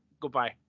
Goodbye